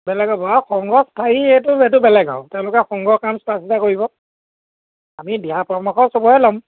বেলেগ হ'ব আৰু সংঘ স্থায়ী এইটো সেইটো বেলেগ আৰু তেওঁলোকে সংঘৰ কাম চোৱা চিতা কৰিব আমি দিহা পৰামৰ্শৰ চবৰে ল'ম